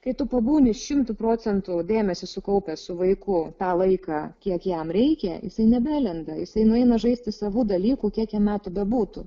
kai tu pabūni šimtu procentų dėmesį sukaupęs su vaiku tą laiką kiek jam reikia jisai nebelenda jisai nueina žaisti savų dalykų kiek jam metų bebūtų